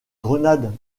grenades